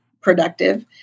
productive